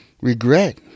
regret